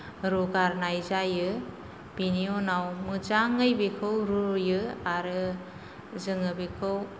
रुगारनाय जायो बेनि उनाव मोजाङै बेखौ रुयो आरो जोङो बेखौ